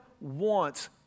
wants